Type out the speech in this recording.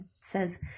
says